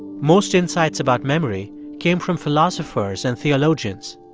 most insights about memory came from philosophers and theologians.